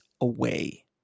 away